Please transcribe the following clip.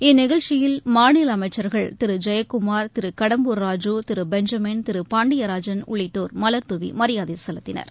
இந்நிகழ்ச்சியில் மாநில அமைச்சா்கள் திரு ஜெயக்குமார் திரு கடம்பூர் ராஜு திரு பெஞ்சமின் திரு பாண்டியராஜன் உள்ளிட்டோர் மலர் தூவி மரியாதை செலுத்தினர்